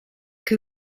che